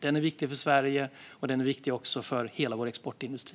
Den är viktig för Sverige, och den är viktig också för hela vår exportindustri.